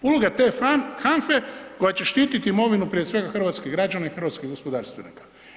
Uloga te HANFA-e koja će štititi imovinu, prije svega, hrvatskih građana i hrvatskih gospodarstvenika.